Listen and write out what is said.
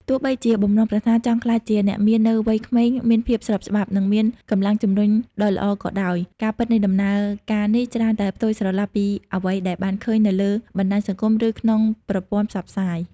ទោះបីជា បំណងប្រាថ្នាចង់ក្លាយជាអ្នកមាននៅវ័យក្មេងមានភាពស្របច្បាប់ និងជាកម្លាំងជំរុញដ៏ល្អក៏ដោយ ការពិតនៃដំណើរការនេះច្រើនតែផ្ទុយស្រឡះពីអ្វីដែលបានឃើញនៅលើបណ្តាញសង្គម ឬក្នុងប្រព័ន្ធផ្សព្វផ្សាយ។